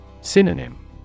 Synonym